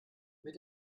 mit